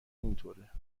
اینطوره